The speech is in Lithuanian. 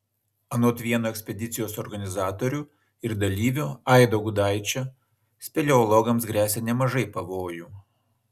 anot vieno ekspedicijos organizatorių ir dalyvių aido gudaičio speleologams gresia nemažai pavojų